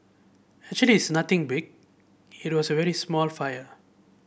actually it's nothing big it was a very small fire